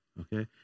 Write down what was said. Okay